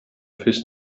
fish